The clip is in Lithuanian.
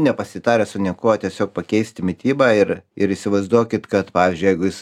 nepasitaręs su niekuo tiesiog pakeisti mitybą ir ir įsivaizduokit kad pavyzdžiui jeigu jis